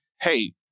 hey